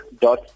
dot